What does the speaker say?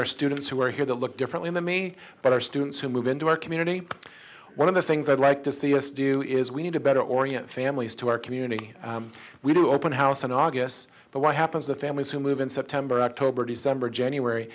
our students who are here to look differently than me but our students who move into our community one of the things i'd like to see us do is we need to better orient families to our community we do open house on august but what happens to families who move in september october december january